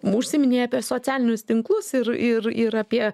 užsiminei apie socialinius tinklus ir ir ir apie